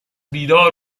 بیدار